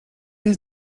jest